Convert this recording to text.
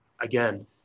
again